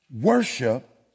worship